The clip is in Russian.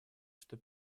что